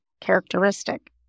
characteristic